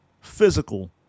Physical